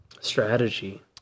strategy